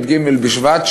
י"ג בשבט,